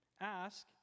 Ask